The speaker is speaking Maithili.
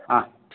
आ